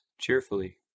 cheerfully